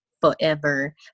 forever